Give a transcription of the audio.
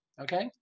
Okay